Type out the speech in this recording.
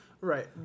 Right